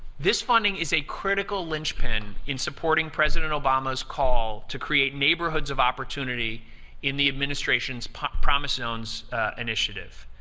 this funding is a critical linchpin in supporting president obama's call to create neighborhoods of opportunity in the administration's promise zones initiative.